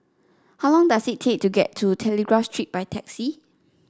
how long does it take to get to Telegraph Street by taxi